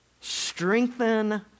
strengthen